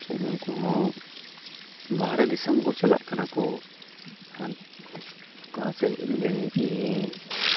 ᱥᱮ ᱱᱩᱝᱠᱩ ᱦᱚᱸ ᱵᱟᱦᱨᱮ ᱫᱤᱥᱚᱢ ᱠᱚ ᱪᱟᱞᱟᱜ ᱠᱟᱱᱟ ᱠᱚ ᱦᱟᱱᱛᱮ ᱚᱠᱟ ᱥᱮᱡ ᱵᱮᱱᱡᱤᱝ